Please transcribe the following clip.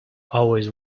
always